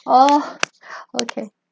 oh okay